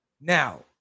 Now